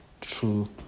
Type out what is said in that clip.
true